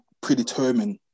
predetermined